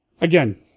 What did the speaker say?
Again